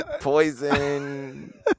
poison